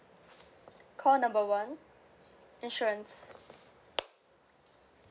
call number one insurance